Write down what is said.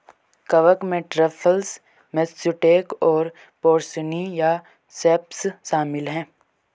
कवक में truffles, matsutake और पोर्सिनी या सेप्स शामिल हैं